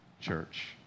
church